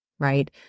right